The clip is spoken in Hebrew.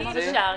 אי אפשר.